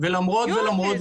ולמרות ולמרות ולמרות --- יופי,